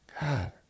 God